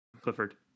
Clifford